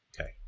Okay